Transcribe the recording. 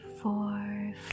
four